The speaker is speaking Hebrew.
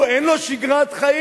הוא, אין לו שגרת חיים?